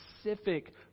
specific